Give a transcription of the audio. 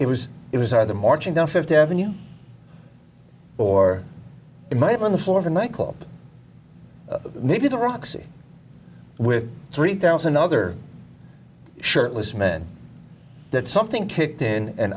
it was it was either marching down fifth avenue or it might be on the floor of a nightclub maybe the roxy with three thousand other shirtless men that something kicked in and